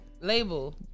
Label